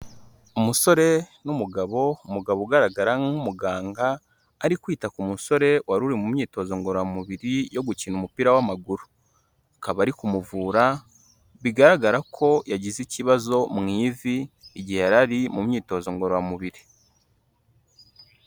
Umusore n'umugabo, umugabo ugaragara nk'umuganga, ari kwita ku musore wari uri mu myitozo ngororamubiri yo gukina umupira w'amaguru, akaba ari kumuvura bigaragara ko yagize ikibazo mu ivi igihe yari ari mu myitozo ngororamubiri.